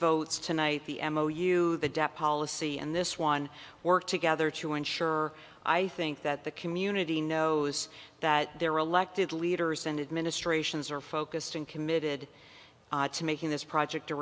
votes tonight the m o you adapt policy and this one work together to ensure i think that the community knows that their elected leaders and administrations are focused and committed to making this project